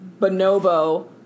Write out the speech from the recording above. bonobo